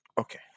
Okay